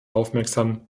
aufmerksam